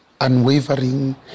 unwavering